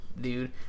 dude